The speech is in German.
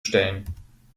stellen